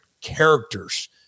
characters